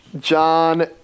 John